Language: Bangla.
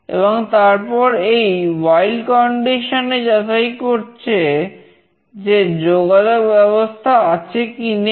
এবং তারপর এই while condition এ যাচাই করছে যে যোগাযোগ ব্যবস্থা আছে কি নেই